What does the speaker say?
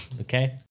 Okay